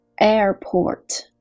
Airport